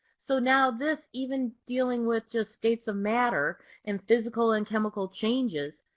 so now this even dealing with just states of matter and physical and chemical changes,